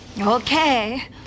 Okay